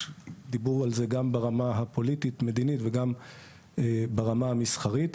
יש דיבור על זה גם ברמה הפוליטית-מדינית וגם ברמה המסחרית.